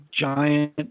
giant